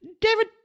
david